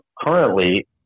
currently